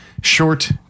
short